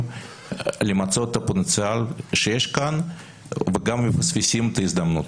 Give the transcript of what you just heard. למצות את הפוטנציאל שיש כאן וגם מפספסים את ההזדמנות.